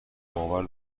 باور